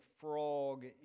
frog